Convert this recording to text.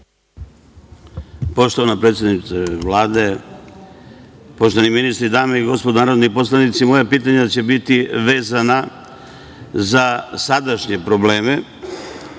Poštovana predsednice Vlade, poštovani ministri, dame i gospodo narodni poslanici, moje pitanja će biti vezana za sadašnje probleme. Pitanje